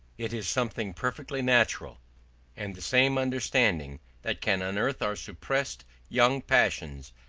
it is something perfectly natural and the same understanding that can unearth our suppressed young passions,